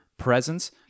presence